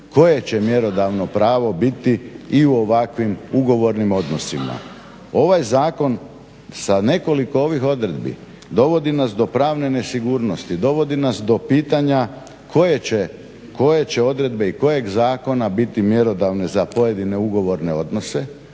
koje će mjerodavno pravo biti i u ovakvim ugovornim odnosima. Ovaj zakon, sa nekoliko ovih odredbi dovodi nas do pravne nesigurnosti, dovodi nas do pitanja koje će odredbe i kojeg zakona biti mjerodavne za pojedine ugovorne odnose.